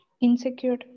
insecure